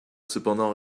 cependant